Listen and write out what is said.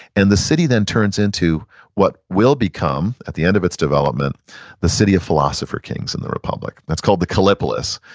and the city then turns into what will become at the end of its development the city of philosopher kings in the republic. that's called the kallipolis.